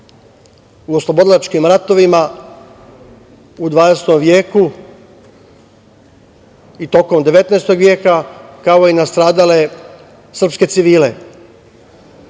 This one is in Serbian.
u oslobodilačkim ratovima u 20. veku i tokom 19. veka, kao i nastradale srpske civile.U